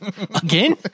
Again